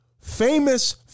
famous